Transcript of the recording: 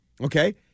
Okay